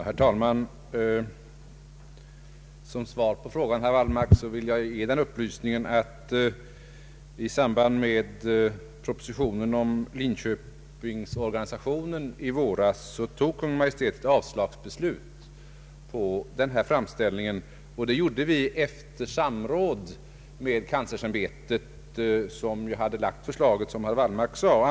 Herr talman! Som svar på herr Wallmarks fråga vill jag ge upplysningen att Kungl. Maj:t i samband med propositionen om Linköpingsorganisationen i våras beslöt om avslag på denna framställning. Det skedde efter samråd med kanslersämbetet som hade lagt fram förslag såsom herr Wallmark sade.